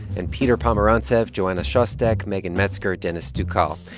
and peter pomerantsev, joanna szostek, megan metzger, denis stukal.